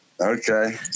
Okay